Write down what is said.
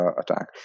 attack